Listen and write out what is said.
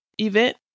event